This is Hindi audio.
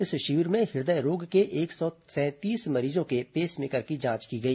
इस शिविर में हृदय रोग के एक सौ सैंतीस मरीजों के पेसमेकर की जांच की गई